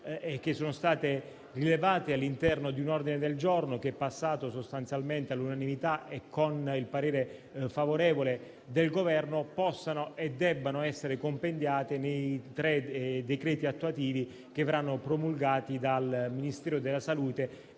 e sono state rilevate all'interno di un ordine del giorno che è passato sostanzialmente all'unanimità e con il parere favorevole del Governo, possono e debbono essere compendiate nei tre decreti attuativi che verranno promulgati dal Ministero della salute